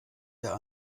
der